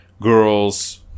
girls